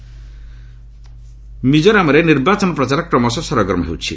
ମିଜୋରାମ ମିକୋରାମରେ ନିର୍ବାଚନ ପ୍ରଚାର କ୍ରମଶଃ ସରଗରମ ହେଉଛି